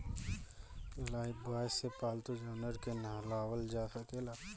Lifebuoy से पाल्तू जानवर के नेहावल जा सकेला